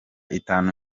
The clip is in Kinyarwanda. itanu